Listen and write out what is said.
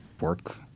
work